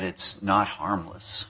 it's not harmless